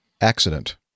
Accident